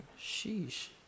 Sheesh